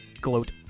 gloat